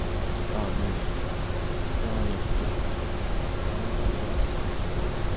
धान होई गेआ धान अस धान रांह्दे अस बसाख दे म्हीनै